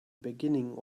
beginning